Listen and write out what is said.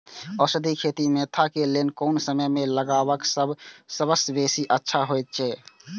औषधि खेती मेंथा के लेल कोन समय में लगवाक सबसँ बेसी अच्छा होयत अछि?